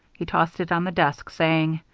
he tossed it on the desk, saying,